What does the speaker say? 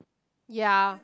yea